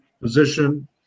position